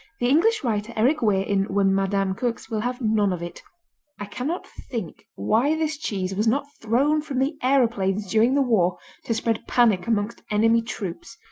the english writer eric weir in when madame cooks will have none of it i cannot think why this cheese was not thrown from the aeroplanes during the war to spread panic amongst enemy troops.